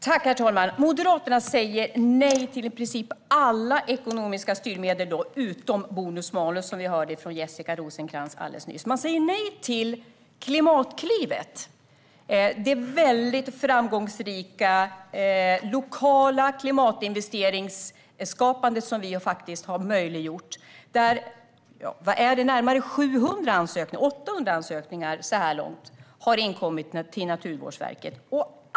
Herr talman! Moderaterna säger nej till i princip alla ekonomiska styrmedel utom bonus-malus, som vi hörde från Jessica Rosencrantz alldeles nyss. Man säger nej till Klimatklivet, det väldigt framgångsrika lokala klimatinvesteringsskapande som vi faktiskt har möjliggjort. Närmare 800 ansökningar har så här långt inkommit till Naturvårdsverket.